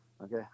okay